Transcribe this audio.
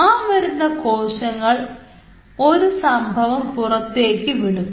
ആ വരുന്ന കോശങ്ങൾ ഒരു സംഭവം പുറത്തേയ്ക്ക് വിടും